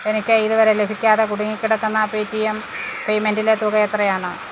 എനിക്ക് ഇതുവരെ ലഭിക്കാതെ കുടുങ്ങിക്കിടക്കുന്ന പേ ടി എം പേയ്മെൻറ്റിലെ തുക എത്രയാണ്